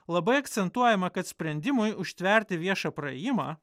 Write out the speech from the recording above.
labai akcentuojama kad sprendimui užtverti viešą praėjimą